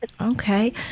Okay